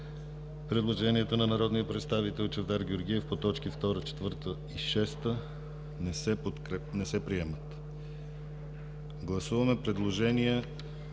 Предложенията на народния представител Чавдар Георгиев по т. 2, 4 и 6 не се приемат. Гласуваме предложения